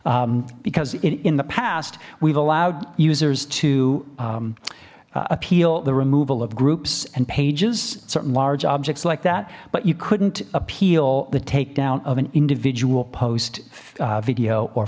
because in the past we've allowed users to appeal the removal of groups and pages certain large objects like that but you couldn't appeal the takedown of an individual post video or